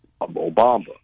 Obama